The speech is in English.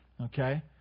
Okay